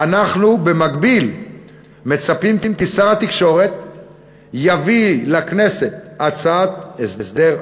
אנחנו במקביל מצפים כי שר התקשורת יביא לכנסת הצעת הסדר,